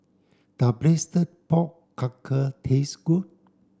does braised pork taste good